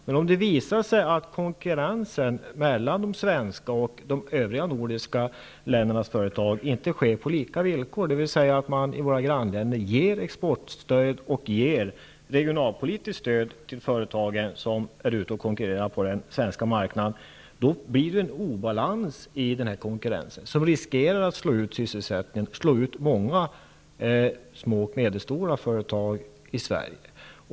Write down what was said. Men om det visar sig att konkurrensen mellan de svenska och de övriga nordiska ländernas företag inte sker på lika villkor -- att man i våra grannländer betalar ut exportstöd och regionalpolitiskt stöd till de företag som konkurrerar på den svenska marknaden --, då blir det en obalans i konkurrensen, en obalans som riskerar att slå ut sysselsättningen och många små och medelstora företag i Sverige.